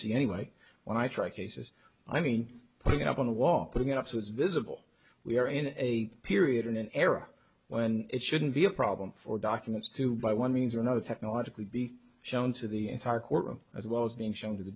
see anyway when i try cases i mean putting up one of law putting it up so it's visible we're in a period in an era when it shouldn't be a problem for documents to by one means or another technologically be shown to the entire courtroom as well as being shown to the